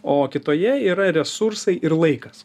o kitoje yra resursai ir laikas